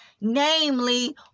Namely